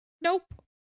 Nope